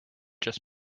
just